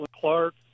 Clark